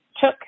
Took